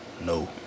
No